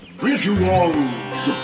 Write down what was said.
visuals